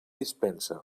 dispensa